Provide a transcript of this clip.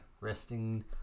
resting